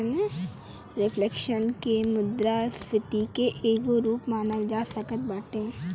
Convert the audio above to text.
reflection के मुद्रास्फीति के एगो रूप मानल जा सकत बाटे